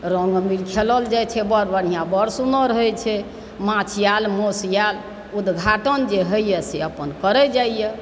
रङ्ग अबीर खेलल जाइत छै बड़ बढ़िआँ बड़ सुन्नर होइत छै माछ आयल माँसु आयल उद्घाटन जे होइए से अपन करैत जाइए